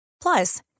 Plus